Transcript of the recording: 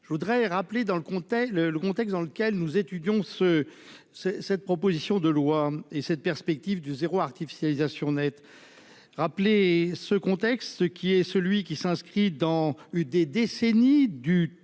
le comté le le contexte dans lequel nous étudions ce c'est cette proposition de loi et cette perspective du zéro artificialisation nette. Rappeler ce contexte qui est celui qui s'inscrit dans une des décennies du tout